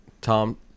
Tom